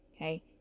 Okay